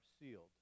sealed